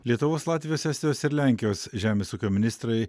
lietuvos latvijos estijos ir lenkijos žemės ūkio ministrai